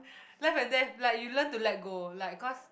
life and death like you learn to let go like cause